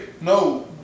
No